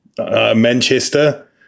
Manchester